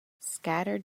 scattered